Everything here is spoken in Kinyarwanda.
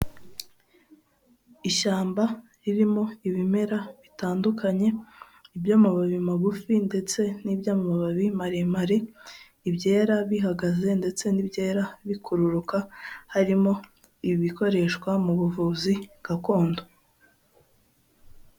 Ishyamba ririmo ibimera bitandukanye, iby'amababi magufi ndetse n'iby'amababi maremare, ibyera bihagaze ndetse n'ibyera bikururuka harimo ibikoreshwa mu buvuzi gakondo.